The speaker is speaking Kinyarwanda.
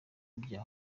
bya